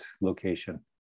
location